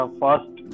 first